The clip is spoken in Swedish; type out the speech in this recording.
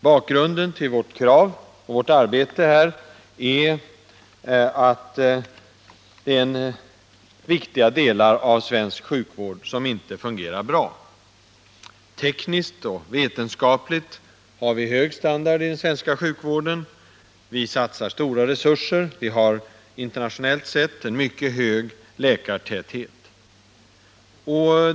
Bakgrunden till vårt krav är att viktiga delar av svensk sjukvård inte fungerar bra. Tekniskt och vetenskapligt har vi hög standard i den svenska sjukvården. Vi satsar stora resurser. Vi har internationellt sett en mycket hög läkartäthet.